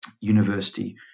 university